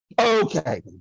Okay